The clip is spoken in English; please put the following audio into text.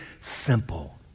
simple